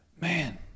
Man